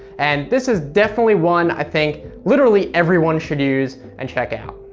and this is definitely one i think literally everyone should use and check out.